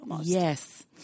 Yes